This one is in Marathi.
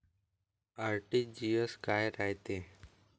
आर.टी.जी.एस काय रायते?